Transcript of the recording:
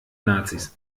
nazis